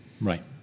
Right